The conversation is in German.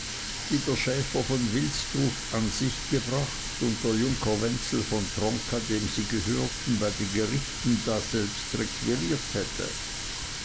der schäfer von wilsdruf an sich gebracht und der junker wenzel von tronka dem sie gehörten bei den gerichten daselbst requiriert hätte